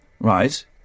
Right